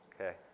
Okay